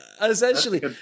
essentially